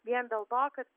vien dėl to kad